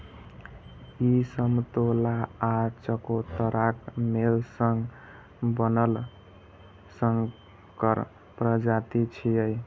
ई समतोला आ चकोतराक मेल सं बनल संकर प्रजाति छियै